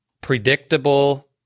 predictable